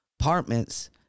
apartments